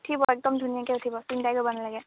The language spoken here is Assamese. উঠিব একদম ধুনীয়াকৈ উঠিব চিন্তাই কৰিব নালাগে